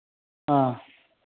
हाँ